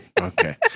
Okay